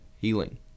healing